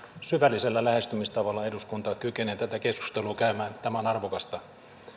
syvällisellä lähestymistavalla eduskunta kykenee tätä keskustelua käymään tämä on arvokasta